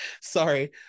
sorry